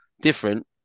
Different